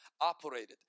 operated